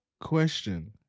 question